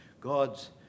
God's